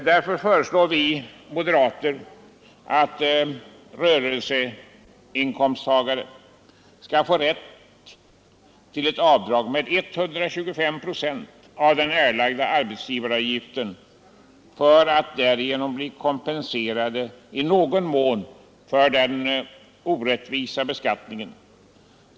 Därför föreslår vi moderater att rörelseinkomsttagare skall få rätt till ett avdrag med 125 procent av den erlagda arbetsgivaravgiften för att därigenom bli kompenserad i någon mån för den orättvisa beskattningen.